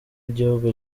igihugu